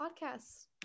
podcasts